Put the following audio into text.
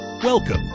Welcome